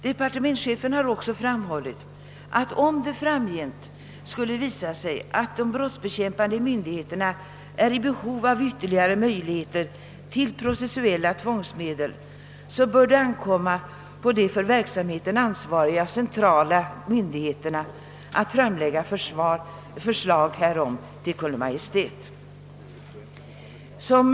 Departementschefen har också framhållit att om det framgent skulle visa sig att de brottsbekämpande myndigheterna är i behov av ytterligare möjligheter till processuella tvångsmedel bör det ankomma på de för verksamheten ansvariga centrala myndigheterna att framlägga förslag härom till Kungl. Maj:t.